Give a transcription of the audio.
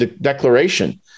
declaration